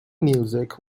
music